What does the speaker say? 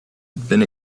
been